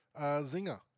Zinger